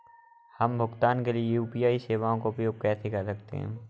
हम भुगतान के लिए यू.पी.आई सेवाओं का उपयोग कैसे कर सकते हैं?